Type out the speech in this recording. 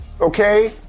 okay